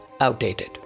outdated